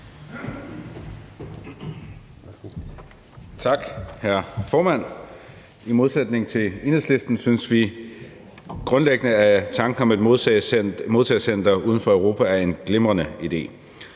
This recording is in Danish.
Tak, hr. formand. I modsætning til Enhedslisten synes vi grundlæggende, at tanken om et modtagecenter uden for Europa er en glimrende idé.